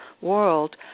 world